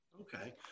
okay